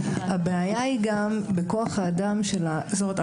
הבעיה היא גם בכוח האדם זאת אומרת,